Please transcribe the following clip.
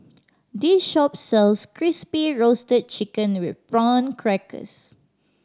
this shop sells Crispy Roasted Chicken with Prawn Crackers